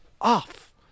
off